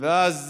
ואז